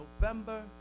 November